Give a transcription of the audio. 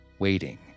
waiting